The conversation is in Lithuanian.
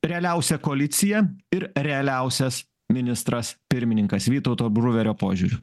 realiausia koalicija ir realiausias ministras pirmininkas vytauto bruverio požiūriu